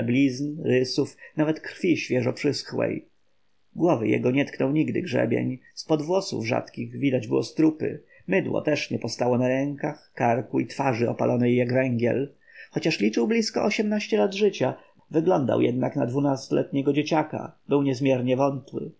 blizn rysów nawet krwi świeżo przyschłej głowy jego nie tknął nigdy grzebień z pod włosów rzadkich widać było strupy mydło też nie postało na rękach karku i twarzy opalonej jak węgiel chociaż liczył blizko ośmnaście lat życia wyglądał jednak na dwunastoletniego dzieciaka był niezmiernie wątły